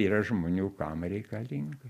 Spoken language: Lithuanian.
yra žmonių kam reikalinga